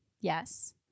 Yes